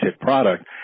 product